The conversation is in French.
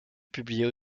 publiait